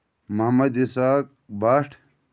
Mohammad Isaq Bhat